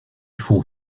font